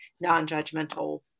non-judgmental